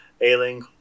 Ailing